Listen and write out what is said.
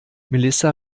melissa